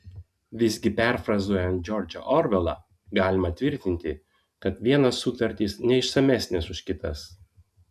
visgi perfrazuojant džordžą orvelą galima tvirtinti kad vienos sutartys neišsamesnės už kitas